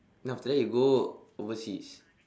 then after that you go overseas